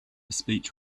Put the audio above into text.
speech